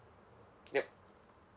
yup